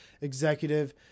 executive